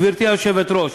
גברתי היושבת-ראש,